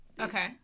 Okay